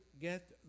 get